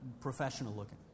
professional-looking